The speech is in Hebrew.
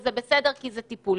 וזה בסדר כי זה טיפולי.